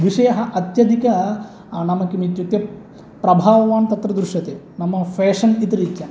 विषयः अत्यधिक नाम किम् इत्युक्ते प्रभावं तत्र दृश्यते नाम फेशन् इति रीत्यां